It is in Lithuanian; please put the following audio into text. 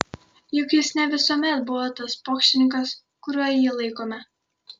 juk jis ne visuomet buvo tas pokštininkas kuriuo jį laikome